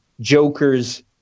jokers